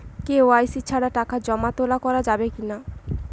KYC ছাড়া টাকা জমা তোলা করা যাবে কি না?